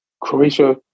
Croatia